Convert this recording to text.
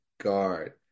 guard